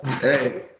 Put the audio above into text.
Hey